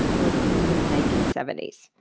was in the mid nineteen seventy s,